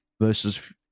versus